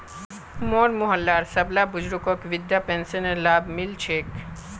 मोर मोहल्लार सबला बुजुर्गक वृद्धा पेंशनेर लाभ मि ल छेक